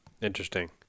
Interesting